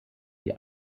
die